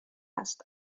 است